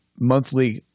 monthly